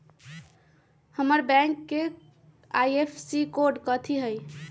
हमर बैंक के IFSC code कथि हई?